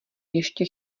ještě